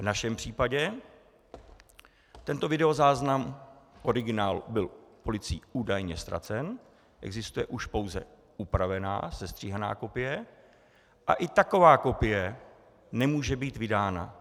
V našem případě tento videozáznam v originálu byl policií údajně ztracen, existuje už pouze upravená, sestříhaná kopie, a i taková kopie nemůže být vydána.